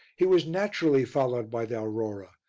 he was naturally followed by the aurora,